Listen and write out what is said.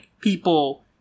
people